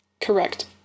Correct